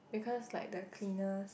because like the cleaners